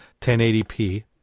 1080p